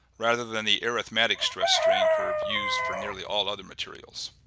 rather than the arithmetic stress-strain curve used for nearly all other materials.